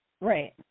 Right